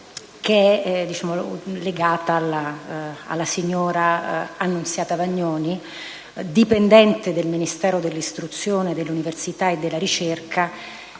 che è legata alla signora Annunziata Vagnoni, dipendente del Ministero dell'istruzione, dell'università e della ricerca